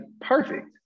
perfect